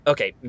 Okay